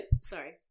sorry